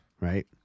right